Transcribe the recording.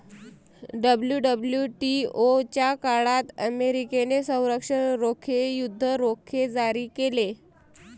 WWTO च्या काळात अमेरिकेने संरक्षण रोखे, युद्ध रोखे जारी केले